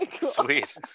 Sweet